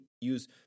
use